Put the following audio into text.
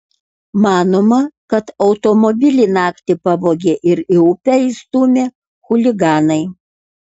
manoma kad automobilį naktį pavogė ir į upę įstūmė chuliganai